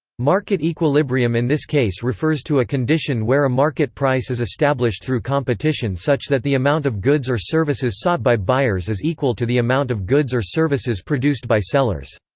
market equilibrium in this case refers to a condition where a market price is established through competition such that the amount of goods or services sought by buyers is equal to the amount of goods or services produced by sellers.